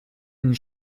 and